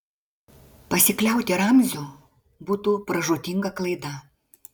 pasikliauti ramziu būtų pražūtinga klaida